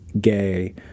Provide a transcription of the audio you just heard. gay